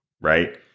right